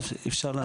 אלה נתונים,